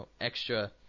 extra